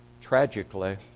tragically